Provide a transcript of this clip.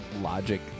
logic